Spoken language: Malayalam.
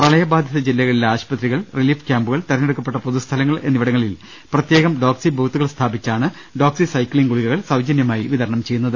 പ്രളയബാധിത ജില്ലകളിലെ ആശുപത്രികൾ റിലീഫ് ക്യാമ്പു കൾ തിരഞ്ഞെടുക്കപ്പെട്ട പൊതുസ്ഥലങ്ങൾ എന്നിവിടങ്ങളിൽ പ്രത്യേകം ഡോക്സി ബൂത്തുകൾ സ്ഥാപിച്ചാണ് ഡോക്സി സൈക്ലിൻ ഗുളികകൾ സൌജന്യമായി വിതരണം ചെയ്യുന്നത്